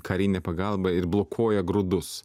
karinę pagalbą ir blokuoja grūdus